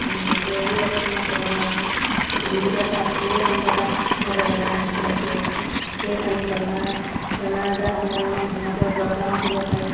গৰুকিটাইতো তোমাক ক'ব নোৱাৰে তুমি তেতিয়া চাই থাকিলেহে গম পাবা সিহঁতৰ বেমাৰ হৈছেনে কি হৈছে সেই পানী বেমাৰ বেমাৰ আজাৰ হ'লে মানে সিহঁতৰ জ্বৰ কাহো হ'ব পাৰে